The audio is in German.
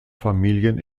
familien